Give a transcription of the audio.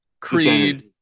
Creed